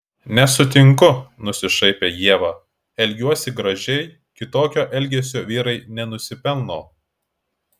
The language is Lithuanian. nesutinku nusišaipė ieva elgiuosi gražiai kitokio elgesio vyrai nenusipelno